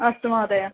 अस्तु महोदया